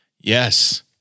Yes